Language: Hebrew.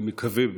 אני מקווה,